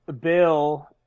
Bill